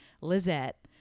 Lizette